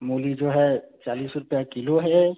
मूली जो है चालीस रुपये किलो है